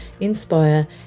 inspire